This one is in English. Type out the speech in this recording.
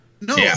No